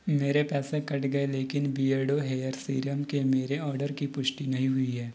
मेरे पैसे कट गए लेकिन बिअर्डो हेयर सीरम के मेरे ऑर्डर की पुष्टि नहीं हुई है